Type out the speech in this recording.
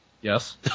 Yes